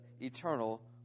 eternal